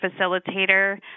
facilitator